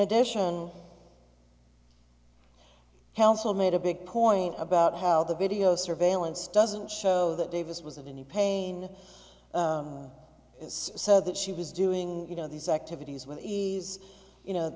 addition counsel made a big point about how the video surveillance doesn't show that davis was of any pain is so that she was doing you know these activities with ease you know